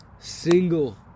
single